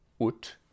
Ut